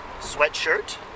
sweatshirt